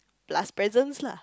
plus presence lah